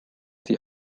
die